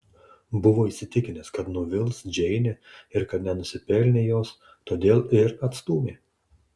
buvo įsitikinęs kad nuvils džeinę ir kad nenusipelnė jos todėl ir atstūmė